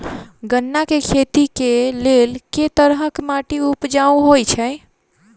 गन्ना केँ खेती केँ लेल केँ तरहक माटि उपजाउ होइ छै?